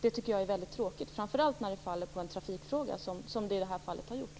Det tycker jag är väldigt tråkigt, framför allt när det faller på en trafikfråga, som det har gjort i det här fallet.